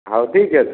ହଉ ଠିକ୍ ଅଛି